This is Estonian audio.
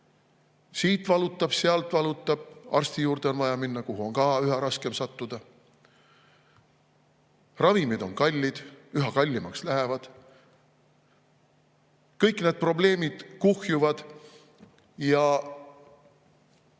Siit valutab, sealt valutab, arsti juurde on vaja minna, kuhu on ka üha raskem sattuda. Ravimid on kallid, üha kallimaks lähevad. Kõik need probleemid kuhjuvad, aga